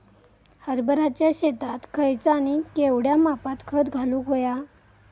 हरभराच्या शेतात खयचा आणि केवढया मापात खत घालुक व्हया?